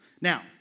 Now